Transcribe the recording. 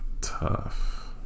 tough